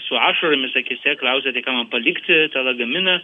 su ašaromis akyse klausia tai ką man palikti tą lagaminą